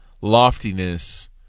loftiness